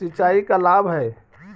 सिंचाई का लाभ है?